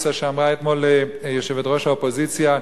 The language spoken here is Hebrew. האפוקליפסה שאמרה אתמול יושבת-ראש האופוזיציה,